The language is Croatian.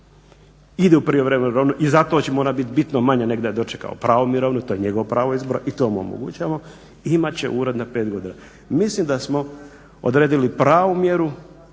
ide u prijevremenu mirovinu i zato će mu ona bit bitno manja nego da je dočekao pravu mirovinu, to je njegovo pravo izbora i to mu omogućavamo, i imat će ured za 5 godina. Mislim da smo odredili pravu mjeru,